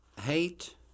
Hate